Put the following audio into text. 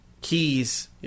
Keys